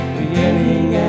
beginning